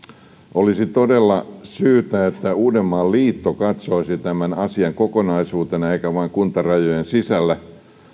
olisi todella syytä että uudenmaan liitto katsoisi tämän asian kokonaisuutena eikä vain kuntarajojen sisällä